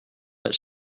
what